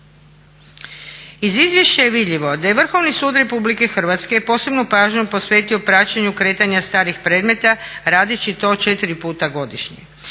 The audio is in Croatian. Iz izvješća je vidljivo da je Vrhovni sud RH posebnu pažnju posvetio praćenju kretanja starih predmeta radeći to 4 puta godišnje.